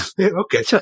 Okay